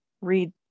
read